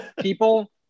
people